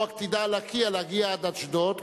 או עתידה לקיה להגיע עד אשדוד.